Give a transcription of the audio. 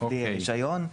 בלי רישיון,